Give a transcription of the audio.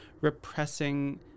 repressing